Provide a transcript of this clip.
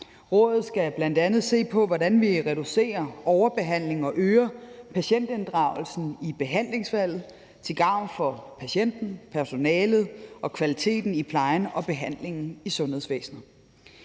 Rådet skal bl.a. se på, hvordan vi reducerer overbehandling og øger patientinddragelsen i behandlingsvalg til gavn for patienten, personalet og kvaliteten i plejen og behandlingen i sundhedsvæsenet.